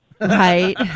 right